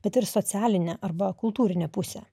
bet ir socialinę arba kultūrinę pusę